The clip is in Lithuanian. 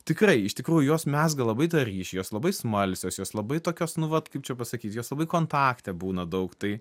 tikrai iš tikrųjų jos mezga labai ryšį jos labai smalsios jos labai tokios nu vat kaip čia pasakyt jos labai kontakte būna daug tai